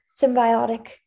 symbiotic